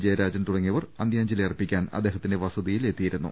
ജയരാജൻ തുടങ്ങിയവർ അന്ത്യാഞ്ജലി അർപ്പിക്കാൻ അദ്ദേഹത്തിന്റെ വസതിയിൽ എത്തിയിരുന്നു